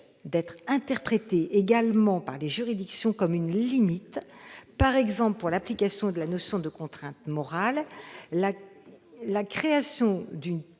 d'être interprétée par les juridictions comme une limite, par exemple pour l'application de la notion de contrainte morale. Une